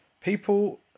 People